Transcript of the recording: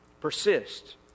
Persist